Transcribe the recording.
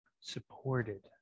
supported